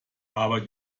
aber